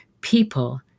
people